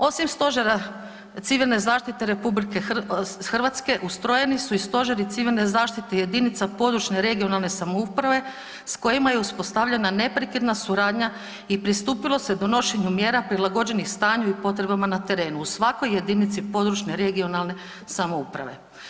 Osim Stožera civilne zaštite Republike Hrvatske ustrojeni su i stožeri civilne zaštite jedinica područne regionalne samouprave s kojima je uspostavljena neprekidna suradnja i pristupilo se donošenju mjera prilagođenih stanju i potrebama na terenu u svakoj jedinici područne regionalne samouprave.